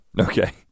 Okay